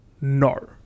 No